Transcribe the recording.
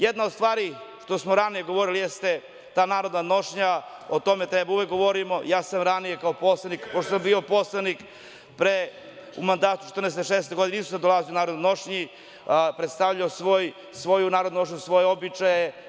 Jedna stvar o kojoj smo ranije govorili jeste ta narodna nošnja, o tome uvek govorimo, ja sam ranije kao poslanik, pošto sam bio poslanik u mandatu 2014. – 2016, isto sam dolazio u narodnoj nošnji, predstavljao svoju narodnu nošnju, svoje običaje.